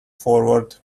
forward